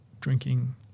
drinking